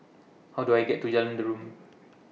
How Do I get to Jalan Derum